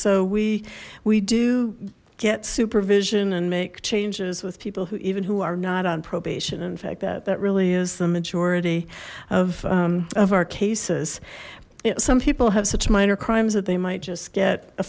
so we we do get supervision and make changes with people who even who are not on probation in fact that that really is the majority of of our cases some people have such minor crimes that they might just get a